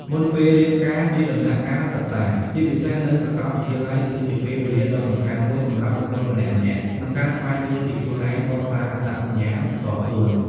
មុនពេលរៀបការជាដំណាក់កាលសិក្សា ជាពិសេសនៅសកលវិទ្យាល័យ គឺជាពេលវេលាដ៏សំខាន់មួយសម្រាប់បុគ្គលម្នាក់ៗក្នុងការស្វែងយល់ពីខ្លួនឯង កសាងអត្តសញ្ញាណផ្ទាល់ខ្លួន។